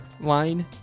line